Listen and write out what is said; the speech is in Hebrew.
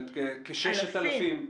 כלומר כ-6,000.